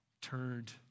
turned